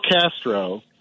Castro